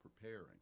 preparing